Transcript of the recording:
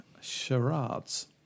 charades